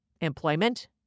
employment